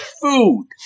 Food